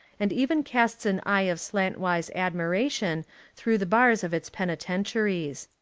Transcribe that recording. and even casts an eye of slantwise admiration through the bars of its penitentiaries.